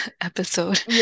episode